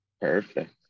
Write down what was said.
perfect